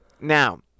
Now